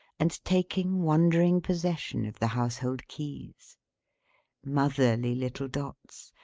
and taking wondering possession of the household keys motherly little dots,